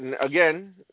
again